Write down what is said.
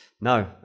No